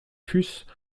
fussent